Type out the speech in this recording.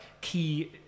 key